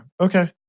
Okay